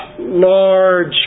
large